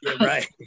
Right